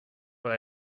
but